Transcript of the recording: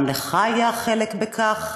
גם לך היה חלק בכך,